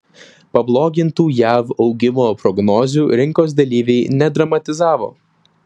pablogintų jav augimo prognozių rinkos dalyviai nedramatizavo